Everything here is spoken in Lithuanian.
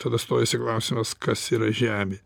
tada stojasi klausimas kas yra žemė